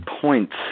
points